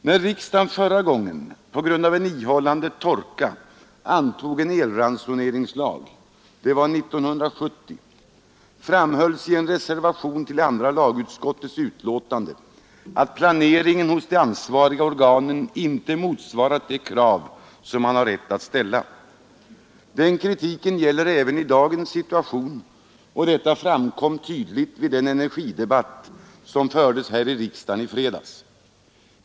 När riksdagen förra gången på grund av en ihållande torka antog en elransoneringslag — det var 1970 — framhölls i en reservation till andra lagutskottets utlåtande att planeringen hos de ansvariga organen inte motsvarat de krav som man har rätt att ställa. Den kritiken gäller även i dagens situation, och detta framkom tydligt vid den energidebatt som fördes här i riksdagen i fredags.